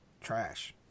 Trash